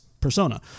Persona